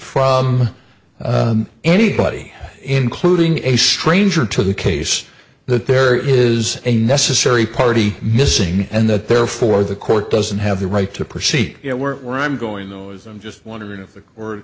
from anybody including a stranger to the case that there is a necessary party missing and that therefore the court doesn't have the right to proceed you know we're i'm going though as i'm just wondering if the or